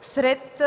сред